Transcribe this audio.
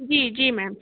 जी जी मैम